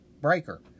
Breaker